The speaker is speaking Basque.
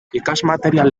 ikasmaterial